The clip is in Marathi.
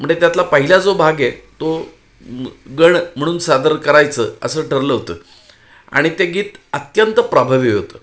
म्हणजे त्यातला पहिला जो भाग आहे तो गण म्हणून सादर करायचं असं ठरलं होतं आणि ते गीत अत्यंत प्रभावी होतं